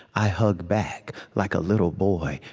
i hug back like a little boy,